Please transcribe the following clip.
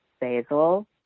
basil